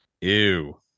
ew